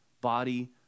body